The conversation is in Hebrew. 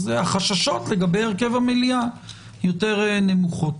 החששות לגבי הרכב המליאה יותר נמוכים.